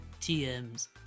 TMs